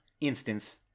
instance